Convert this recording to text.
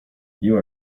you